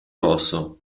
rosso